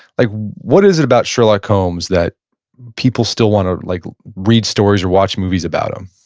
like what is it about sherlock holmes that people still want to, like read stories or watch movies about them?